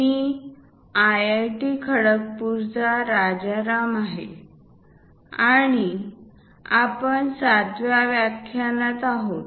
मी IIT खडगपूरचा राजाराम आहे आणि आपण 7 व्या व्याख्यानात आहोत